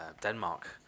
Denmark